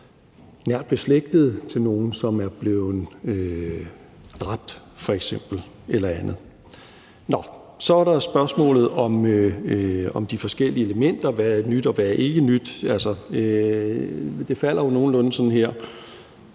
det tror jeg vi bredt kan være enige om. Så er der spørgsmålet om de forskellige elementer: Hvad er nyt, og hvad er ikke nyt? Det falder jo nogenlunde sådan her: